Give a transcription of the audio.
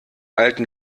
alten